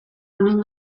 honen